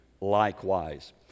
likewise